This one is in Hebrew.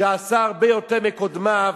שעשה הרבה יותר מקודמיו,